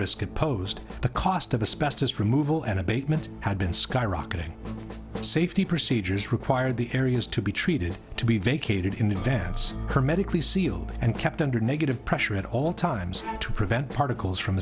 it posed the cost of a specialist removal and abatement had been skyrocketing safety procedures required the areas to be treated to be vacated in advance hermetically sealed and kept under negative pressure at all times to prevent particles from